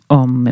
om